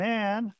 Man